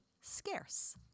scarce